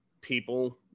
people